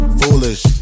foolish